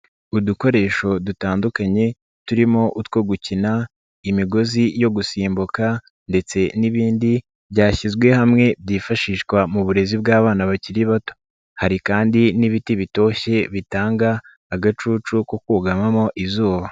Udukoresho dutandukanye, turimo utwo gukina, imigozi yo gusimbuka ndetse n'ibindi byashyizwe hamwe byifashishwa mu burezi bw'abana bakiri bato. Hari kandi n'ibiti bitoshye bitanga agacucu ko kugamamo izuba.